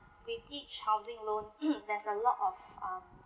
with each housing loan there's a lot of um